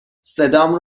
صدام